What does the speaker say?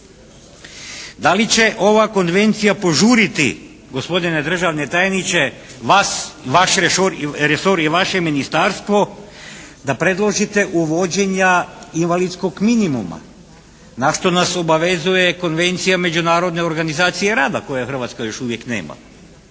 Da li će ova konvencija požuriti gospodine državni tajniče vas, vaš resor i vaše ministarstvo da predložite uvođenja invalidskog minimuma na što nas obavezuje Konvencija međunarodne organizacije rada koju Hrvatska još uvijek nema.